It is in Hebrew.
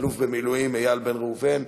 האלוף במילואים איל בן ראובן,